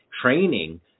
training